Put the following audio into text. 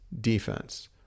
defense